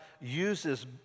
uses